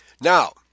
Now